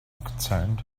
concerned